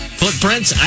footprints